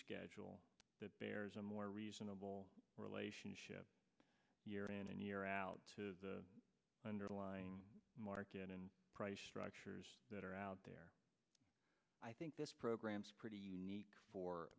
schedule that bears a more reasonable relationship year in and year out to the underlying market and price structures that are out there i think this program's pretty unique for